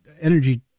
Energy